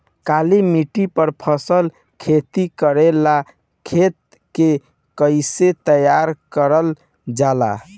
काली मिट्टी पर फसल खेती करेला खेत के कइसे तैयार करल जाला?